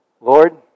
Lord